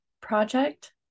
project